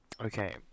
Okay